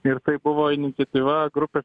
ir tai buvo iniciatyva grupė